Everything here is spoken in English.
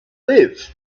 live